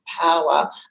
power